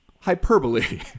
hyperbole